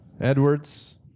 Edwards